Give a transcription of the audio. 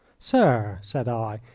sir, said i,